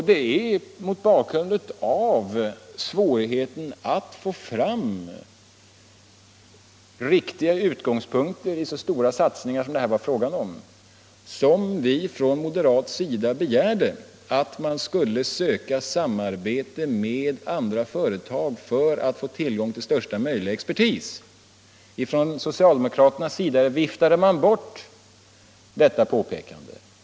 Det var mot bakgrunden av svårigheten att få fram riktiga utgångspunkter i så stora satsningar som det här var fråga om som vi från moderat håll begärde att man skulle söka samarbete med andra företag för att få tillgång till största möjliga expertis. Från socialdemokraternas sida viftades detta påpekande bort.